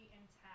intact